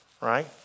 right